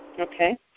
Okay